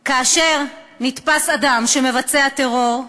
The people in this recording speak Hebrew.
כאשר נתפס אדם שמבצע טרור,